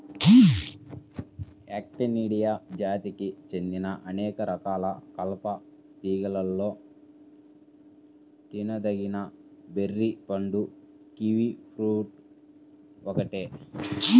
Actinidia జాతికి చెందిన అనేక రకాల కలప తీగలలో తినదగిన బెర్రీ పండు కివి ఫ్రూట్ ఒక్కటే